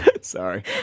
Sorry